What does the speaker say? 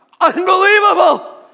Unbelievable